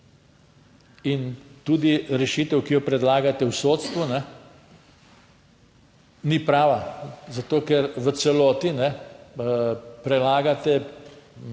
In tudi rešitev, ki jo predlagate v sodstvu ni prava zato, ker v celoti prelagate